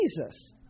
Jesus